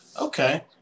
Okay